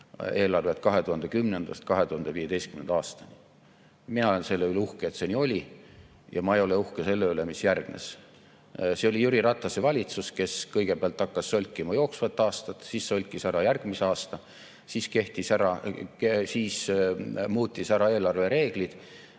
eelarved 2010.–2015. aastani. Mina olen selle üle uhke, et see nii oli. Aga ma ei ole uhke selle üle, mis järgnes. See oli Jüri Ratase valitsus, kes kõigepealt hakkas solkima jooksvat aastat, siis solkis ära järgmise aasta, siis muutis ära eelarvereeglid,